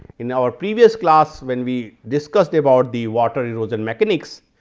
in our previous class when we discussed about the water erosion mechanics,